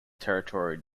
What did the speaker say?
territorial